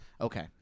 Okay